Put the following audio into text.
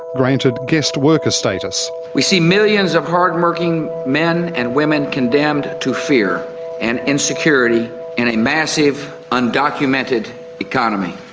granted guest worker status. we see millions of hard-working men and women condemned to fear and insecurity in a massive undocumented economy.